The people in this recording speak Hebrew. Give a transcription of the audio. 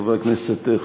חבר הכנסת חסון,